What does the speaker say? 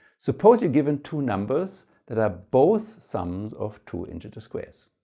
suppose you're given two numbers that are both sums of two integer squares.